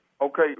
Okay